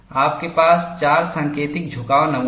आपके पास चार संकेतिक झुकाव नमूना है